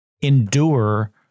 endure